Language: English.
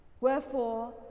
Wherefore